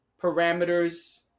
parameters